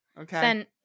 Okay